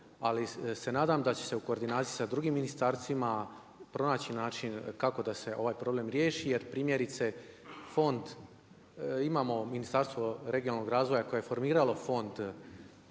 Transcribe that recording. ali se nadam, da će se u koordinaciji sa drugim Ministarstvima pronaći način kako da se ovaj problem riješi. Jer primjerice, fond, imamo Ministarstvo regionalnog razvoja koje je formiralo fond